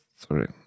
Sorry